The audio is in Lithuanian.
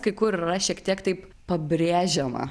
kai kur yra šiek tiek taip pabrėžiama